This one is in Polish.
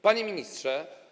Panie Ministrze!